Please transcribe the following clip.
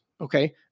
Okay